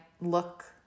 look